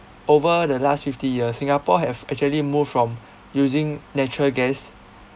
over the last fifty years singapore have actually moved from using natural gas